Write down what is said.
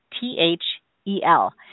T-H-E-L